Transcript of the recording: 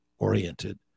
oriented